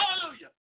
Hallelujah